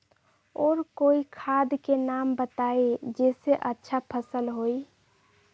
और कोइ खाद के नाम बताई जेसे अच्छा फसल होई?